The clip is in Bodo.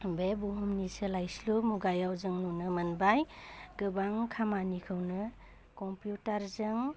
बे बुहुमनि सोलायस्लु मुगायाव जों नुनो मोनबाय गोबां खामानिखौनो कम्पिउटार जों